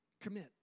commit